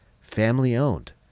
family-owned